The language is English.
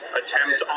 attempt